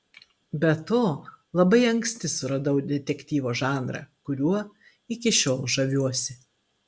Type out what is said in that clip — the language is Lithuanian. be to labai anksti suradau detektyvo žanrą kuriuo iki šiol žaviuosi